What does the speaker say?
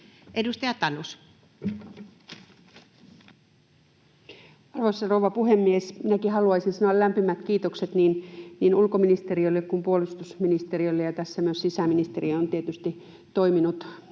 Content: Arvoisa rouva puhemies! Minäkin haluaisin sanoa lämpimät kiitokset niin ulkoministeriölle kuin puolustusministeriölle, ja tässä myös sisäministeri on tietysti toiminut.